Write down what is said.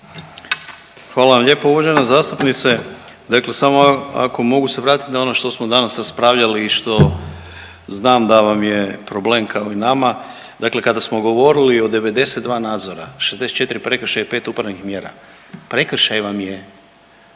Hvala vam lijepo uvažene zastupnice. Dakle, samo ako mogu se vratit na ono što smo danas raspravljali i što znam da vam je problem kao i nama, dakle kada smo govorili o 92 nadzora 64 prekršaja i pet upravnih mjera, prekršaj vam je